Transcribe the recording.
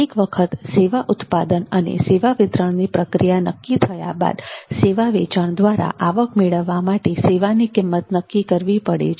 એક વખત સેવા ઉત્પાદન અને સેવા વિતરણની પ્રક્રિયા નક્કી થયા બાદ સેવા વેચાણ દ્વારા આવક મેળવવા માટે સેવાની કિંમત નક્કી કરવી પડે છે